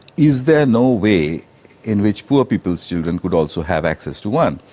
is there no way in which poor people's children could also have access to one?